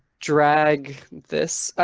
drag this,